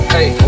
Hey